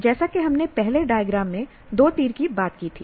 जैसा कि हमने पहले डायग्राम में दो तीर की बात की थी